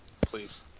Please